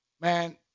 man